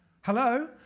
Hello